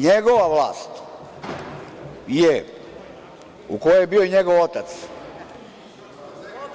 NJegova vlast je, u kojoj je bio njegov otac,